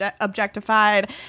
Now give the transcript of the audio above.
objectified